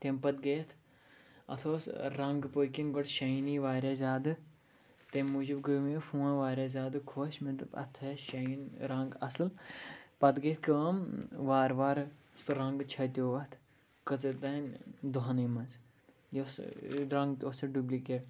تَمہِ پَتہٕ گٔے اَتھ اَتھ اوس رنٛگ پٔتۍ کِنۍ گۄڈٕ شاینی واریاہ زیادٕ تَمہِ موٗجوٗب گٔے مےٚ فون واریاہ زیادٕ خۄش مےٚ دوٚپ اَتھ تھٲے اَسہِ شایِن رنٛگ اَصٕل پَتہٕ گٔے کٲم وارٕ وارٕ سُہ رنٛگہٕ چھَتیو اَتھ کٔژَن تام دۄہَنٕے منٛز یہِ اوس رنٛگ تہِ اوس سُہ ڈُبلِکیٹ